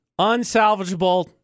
unsalvageable